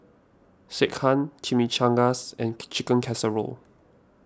Sekihan Chimichangas and Chicken Casserole